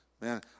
Man